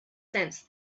sense